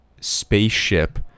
spaceship